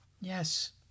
Yes